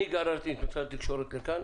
אני גררתי את משרד התקשורת לכאן,